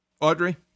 Audrey